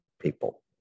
people